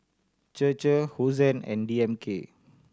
Chir Chir Hosen and D M K